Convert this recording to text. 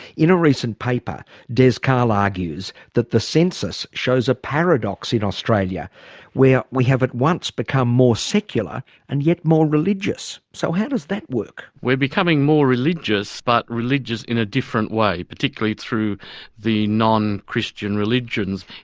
in a recent paper des cahill argues that the census shows a paradox in australia where we have at once become more secular and yet more religious. so how does that work? we're becoming more religious but religious in a different way, particularly through the non-christian religions,